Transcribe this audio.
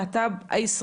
קהילת הלהט"ב הלהט"בית,